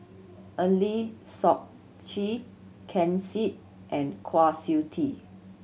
Eng Lee Seok Chee Ken Seet and Kwa Siew Tee